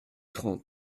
trente